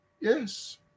Yes